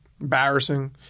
embarrassing